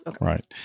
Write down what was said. Right